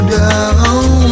down